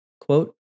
quote